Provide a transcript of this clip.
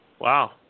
Wow